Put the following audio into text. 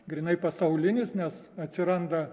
grynai pasaulinis nes atsiranda